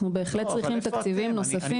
אנחנו בהחלט צריכים תקציבים נוספים